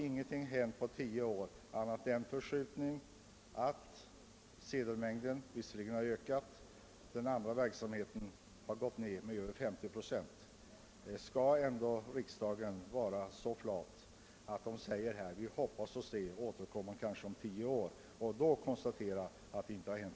Ingenting har emellertid hänt sedan dess med undantag av att sedelmängden har ökat och övrig verksamhet minskat med mer än 50 procent. Skall vi här i riksdagen verkligen vara så flata att vi bara säger att vi hoppas på en ändring — för att sedan återkomma om kanske tio år och konstatera att ingenting har hänt!